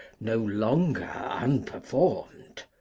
no longer unperformed.